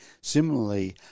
Similarly